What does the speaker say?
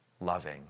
loving